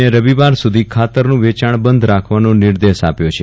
ને રવિવાર સુધી ખાતરનું વેચાણ બંધ રાખવાનો નિર્દેશ આપ્યો છે